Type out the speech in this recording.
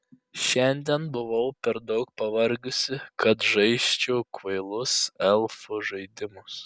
šiandien buvau per daug pavargusi kad žaisčiau kvailus elfų žaidimus